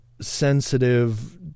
sensitive